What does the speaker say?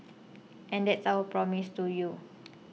and that's our promise to you